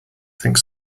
think